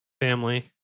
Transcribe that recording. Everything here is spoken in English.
family